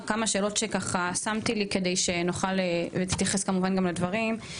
כמה שאלות ששמתי לי כדי שנוכל להתייחס כמובן גם לדברים.